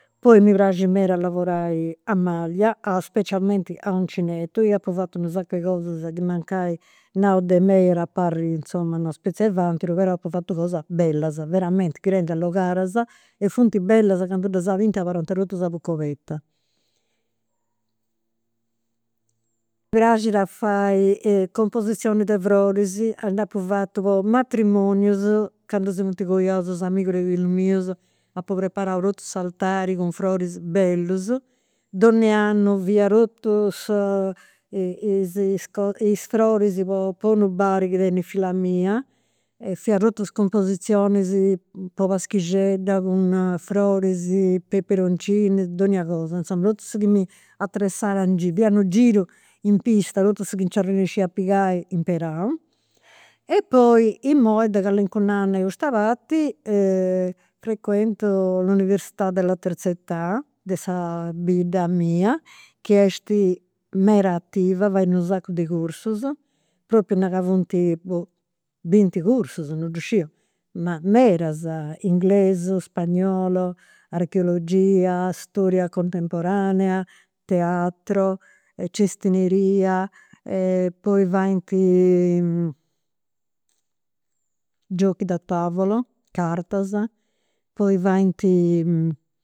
Poi mi praxit meda lavorai a maglia, a specialmenti a uncinettu, e apu fatu 'e cosas chi mancai nau de mei at parriri, insoma, una spezie de bantidu, però apu fatu cosas bellas, veramenti, chi tengiu, e funt bellas, candu ddas binti abarrant totus a buca oberta. Praxit a fai cumposizionis de froris, nd'apu fatu po matrimonius, candu si funt coiaus is amigus de fillus mius. Apu preparau totu s'altari cun froris bellus. Donni'annu fia totu is froris po unu bar chi teni filla mia, fia totus is cumposizionis po paschixedda, cun froris, peperoncinu, donnia cosa insoma. Totu su chi m'atressat in giru, fia unu giru in pista totu cussu chi nci arrennescia a pigai, imperau. Imui de calincunu annu a custa parti frequento l'università della terza età, de sa bidda mia, chi est meda attiva, fait unu sacu de cursus. Propriu nau ca funt, boh, binti cursus, non ddu sciu, ma medas: inglesu, spagnolo, archeologia, storia contempotanea, teatro, cestineria, poi faint, giochi da tavolo, cartas, poi faint